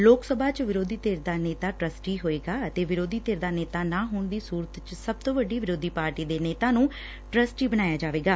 ਲੋਕ ਸਭਾ ਚ ਵਿਰੋਧੀ ਧਿਰ ਦਾ ਨੇਤਾ ਟਰੱਸਟੀ ਹੋਏਗਾ ਅਤੇ ਵਿਰੋਧੀ ਧਿਰ ਦਾ ਨੇਤਾ ਨਾ ਹੋਣ ਦੀ ਸੁਰਤ ਚ ਸਭ ਤੋ ਵੱਡੀ ਵਿਰੋਧੀ ਪਾਰਟੀ ਦੇ ਨੇਤਾ ਨੂੰ ਟਰੱਸਟੀ ਬਣਾਇਆ ਜਾਵੇਗਾ